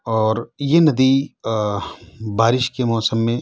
اور یہ ندی بارش کے موسم میں